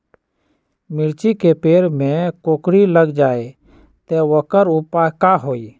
मिर्ची के पेड़ में कोकरी लग जाये त वोकर उपाय का होई?